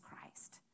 Christ